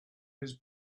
his